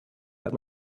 that